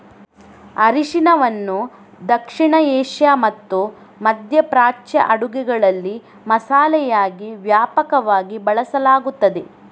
ಅರಿಶಿನವನ್ನು ದಕ್ಷಿಣ ಏಷ್ಯಾ ಮತ್ತು ಮಧ್ಯ ಪ್ರಾಚ್ಯ ಅಡುಗೆಗಳಲ್ಲಿ ಮಸಾಲೆಯಾಗಿ ವ್ಯಾಪಕವಾಗಿ ಬಳಸಲಾಗುತ್ತದೆ